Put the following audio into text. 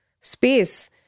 space